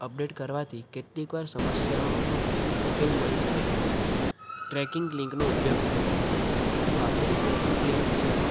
update કરવાથી કેટલીકવાર સમસ્યાઓનો ઉકેલ મળી શકે છે ટ્રેકિંગ લિંકનો ઉપયોગ કરો જો આપેલી ટ્રેકિંગ લિંક છે